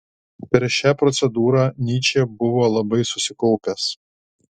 per šią procedūrą nyčė buvo labai susikaupęs